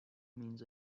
means